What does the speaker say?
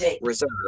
reserve